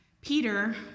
Peter